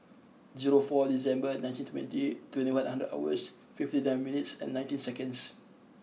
zero four December nineteen twenty twenty one hundred hours fifty nine minutes and nineteen seconds